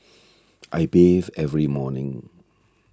I bathe every morning